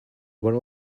were